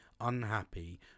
unhappy